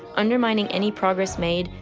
undermining any progress made,